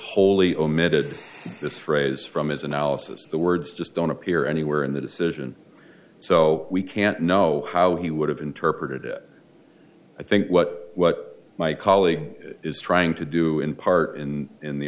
wholly omitted this phrase from his analysis the words just don't appear anywhere in the decision so we can't know how he would have interpreted it i think what what my colleague is trying to do in part in in the